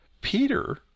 Peter